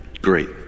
Great